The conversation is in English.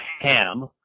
Ham